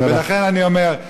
לכן אני אומר: